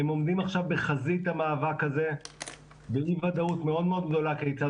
הם עומדים עכשיו בחזית המאבק הזה באי ודאות מאוד מאוד גדולה כיצד